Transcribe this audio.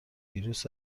ویروس